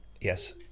Yes